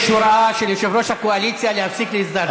יש הוראה של יושב-ראש הקואליציה להפסיק להזדעזע.